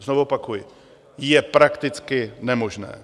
Znovu opakuji: je prakticky nemožné.